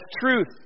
truth